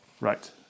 Right